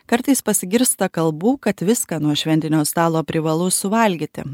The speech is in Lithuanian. kartais pasigirsta kalbų kad viską nuo šventinio stalo privalu suvalgyti